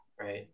right